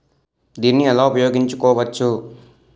దీన్ని ఎలా ఉపయోగించు కోవచ్చు?